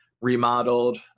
remodeled